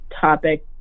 topic